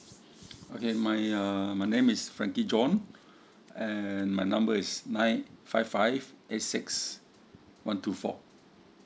okay my ya my name is frankie john and my number is nine five five eight six one two four